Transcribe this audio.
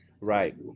right